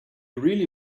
really